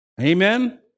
Amen